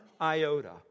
iota